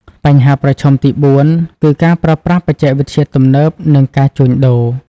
បញ្ហាប្រឈមទីបួនគឺ ការប្រើប្រាស់បច្ចេកវិទ្យាទំនើប ក្នុងការជួញដូរ។